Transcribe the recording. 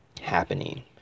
happening